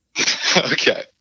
Okay